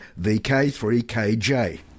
VK3KJ